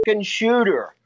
shooter